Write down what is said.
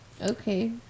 Okay